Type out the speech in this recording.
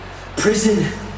Prison